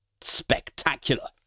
spectacular